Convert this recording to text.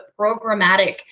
programmatic